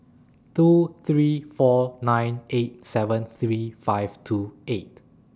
two three four nine eight seven three five two eight